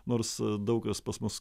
nors daug kas pas mus